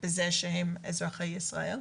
בזה שהם אזרחי ישראל.